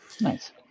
Nice